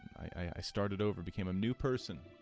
i started over became a new person